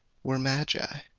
were magi,